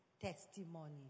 testimony